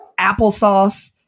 applesauce